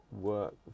work